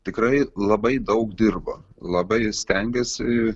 tikrai labai daug dirbo labai stengėsi